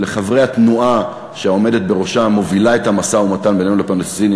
ולחברי התנועה שהעומדת בראשה מובילה את המשא-ומתן בינינו לפלסטינים,